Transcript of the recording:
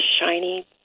shiny